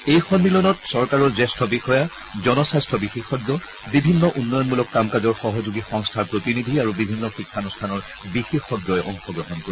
এই সন্িংলনত চৰকাৰৰ জ্যেষ্ঠ বিষয়া জনস্বাস্থ্য বিশেষজ্ঞ বিভিন্ন উন্নয়নমূলক কামকাজৰ সহযোগী সংস্থাৰ প্ৰতিনিধি আৰু বিভিন্ন শিক্সানুষ্ঠানৰ বিশেষজ্ঞই অংশগ্ৰহণ কৰিব